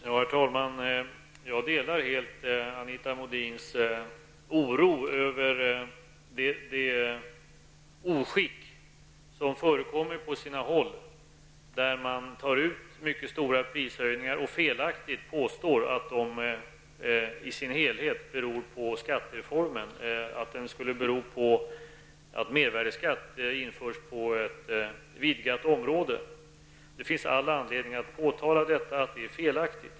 Herr talman! Jag delar helt Anita Modins oro över det oskick som förekommer på sina håll. Man tar ut stora prishöjningar och påstår felaktigt att de i sin helhet beror på skattereformen, dvs. att mervärdeskatt införs på ett vidgat område. Det finns all anledning att påtala att det är felaktigt.